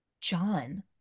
John